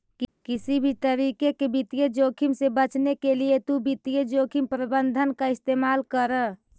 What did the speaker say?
किसी भी तरीके के वित्तीय जोखिम से बचने के लिए तु वित्तीय जोखिम प्रबंधन का इस्तेमाल करअ